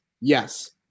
Yes